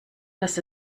das